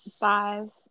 Five